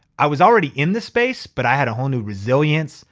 i was already in this space, but i had a whole new resilience,